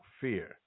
fear